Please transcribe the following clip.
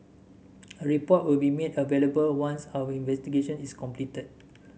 a report will be made available once our investigation is completed